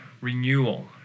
renewal